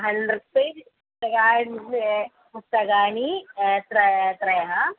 hundred page पुस्तकानि अत्र त्रय